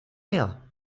mehr